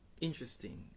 Interesting